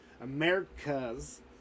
america's